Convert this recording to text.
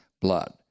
blood